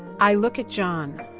i look at john.